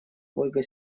ольга